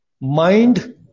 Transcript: mind